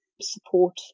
support